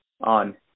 on